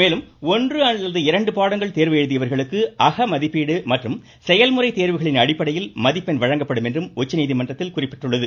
மேலும் ஒன்று அல்லது இரண்டு பாடங்கள் தேர்வு எழுதியவர்களுக்கு அகமதிப்பீடு மற்றும் செயல்முறை தேர்வுகளின் அடிப்படையில் மதிப்பெண் வழங்கப்படும் என்றும் உச்சநீதிமன்றத்தில் குறிப்பிட்டுள்ளது